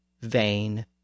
Vain